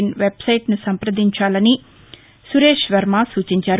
in వెబ్సైట్ను సంప్రదించాలని సురేష్వర్న సూచించారు